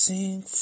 Sing